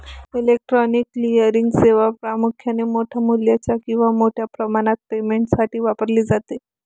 electronic clearing सेवा प्रामुख्याने मोठ्या मूल्याच्या किंवा मोठ्या प्रमाणात पेमेंटसाठी वापरली जाते